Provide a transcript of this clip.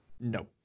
no